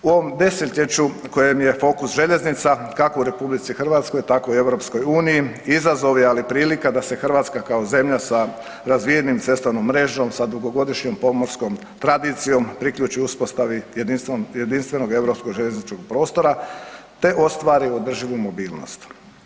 U ovom desetljeću kojem je fokus željeznica kako u RH tako i u EU, izazov je ali i prilika da se Hrvatska kao zemlja sa razvijenom cestovnom mrežom, sa dugogodišnjom pomorskom tradicijom priključi uspostavi jedinstvenog europskog željezničkog prostora te ostvari održivu mobilnost.